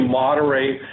moderate